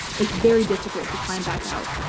it's very difficult to climb back out.